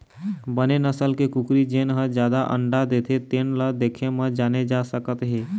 बने नसल के कुकरी जेन ह जादा अंडा देथे तेन ल देखे म जाने जा सकत हे